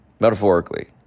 Metaphorically